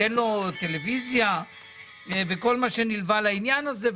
אין לו טלוויזיה וכל מה שנלווה לעניין הזה.